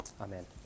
Amen